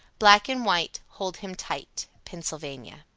black and white, hold him tight. pennsylvania.